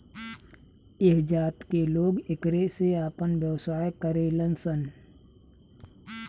ऐह जात के लोग एकरे से आपन व्यवसाय करेलन सन